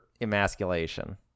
emasculation